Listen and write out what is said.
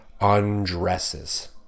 undresses